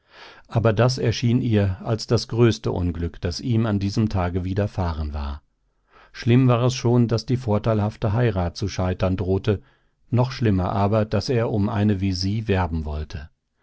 aber das erschien ihr als das größte unglück das ihm an diesem tage widerfahren war schlimm war es schon daß die vorteilhafte heirat zu scheitern drohte noch schlimmer aber daß er um eine wie sie werben wollte